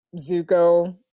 Zuko